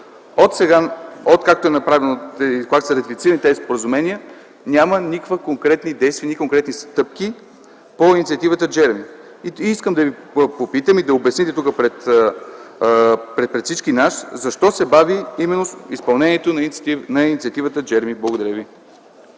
в България. Откакто са ратифицирани тези споразумения няма никакви конкретни действия, конкретни стъпки по инициативата „Джеръми”. Искам да Ви попитам и да обясните пред всички нас: защо се бави именно изпълнението на инициативата „Джеръми”? Благодаря ви.